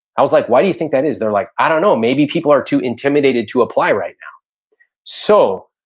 i was like, why do you think that is? they're like, i don't know. maybe people are too intimidated to apply right so